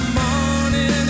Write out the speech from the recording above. morning